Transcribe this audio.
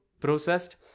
processed